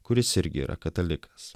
kuris irgi yra katalikas